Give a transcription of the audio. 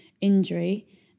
injury